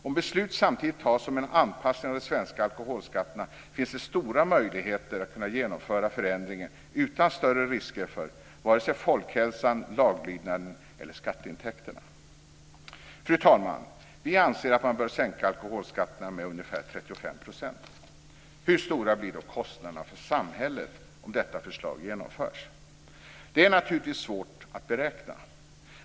Om beslut samtidigt fattas om en anpassning av de svenska alkoholskatterna finns det stora möjligheter att kunna genomföra förändringen utan större risker för vare sig folkhälsan, laglydnaden eller skatteintäkterna. Fru talman! Vi anser att man bör sänka alkoholskatterna med ungefär 35 %. Hur stora blir då kostnaderna för samhället om detta förslag genomförs? Det är naturligtvis svårt att beräkna.